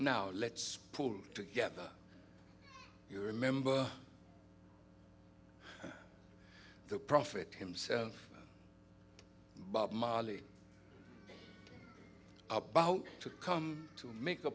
now let's pull together your remember the prophet himself bob marley about to come to make